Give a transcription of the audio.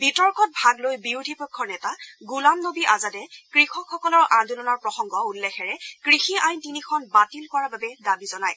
বিতৰ্কত ভাগ লৈ বিৰোধী পক্ষৰ নেতা গোলাম নবী আজাদে কৃষকসকলৰ আন্দোলনৰ প্ৰসংগ উল্লেখেৰে কৃষি আইন তিনিখন বাতিল কৰাৰ বাবে দাবী জনায়